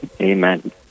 Amen